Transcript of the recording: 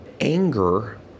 anger